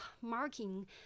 marking